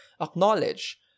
acknowledge